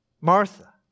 Martha